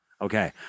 Okay